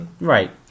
right